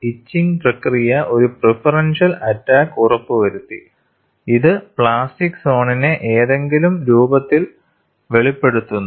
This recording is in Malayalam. ഇച്ചിങ് പ്രക്രിയ ഒരു പ്രിഫറൻഷിയൽ അറ്റാക്ക് ഉറപ്പുവരുത്തി ഇത് പ്ലാസ്റ്റിക് സോണിനെ ഏതെങ്കിലും രൂപത്തിൽ വെളിപ്പെടുത്തുന്നു